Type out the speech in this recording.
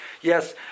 Yes